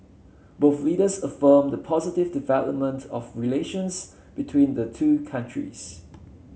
both leaders affirmed the positive development of relations between the two countries